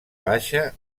baixa